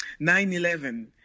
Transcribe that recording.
9/11